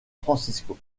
francisco